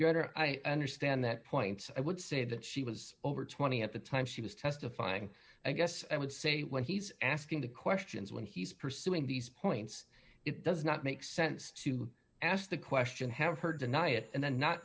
you're i understand that point i would say that she was over twenty at the time she was testifying i guess i would say when he's asking the questions when he's pursuing these points it does not make sense to ask the question have her deny it and then not